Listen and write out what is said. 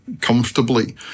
comfortably